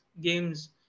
games